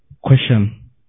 Question